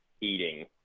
eating